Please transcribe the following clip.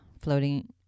floating